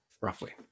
roughly